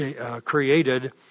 created